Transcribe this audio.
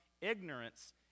ignorance